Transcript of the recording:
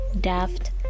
daft